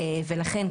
לכן,